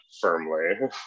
firmly